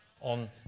on